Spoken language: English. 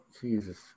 Jesus